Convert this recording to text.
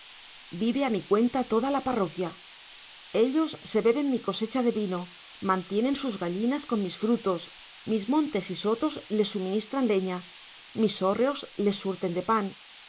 vive a mi cuenta toda la parroquia ellos se beben mi cosecha de vino mantienen sus gallinas con mis frutos mis montes y sotos les suministran leña mis hórreos les surten de pan